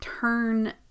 turn